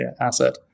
asset